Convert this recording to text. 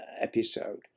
episode